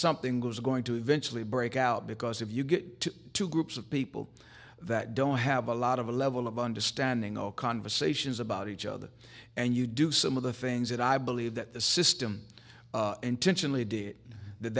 something was going to eventually break out because if you get two groups of people that don't have a lot of a level of understanding or conversations about each other and you do some of the things that i believe that the system intentionally did that